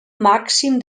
màxim